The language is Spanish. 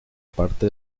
parte